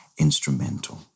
Instrumental